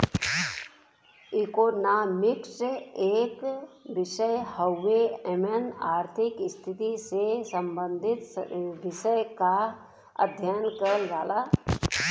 economics एक विषय हउवे एमन आर्थिक स्थिति से सम्बंधित विषय क अध्ययन करल जाला